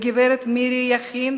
לגברת מירי יכין,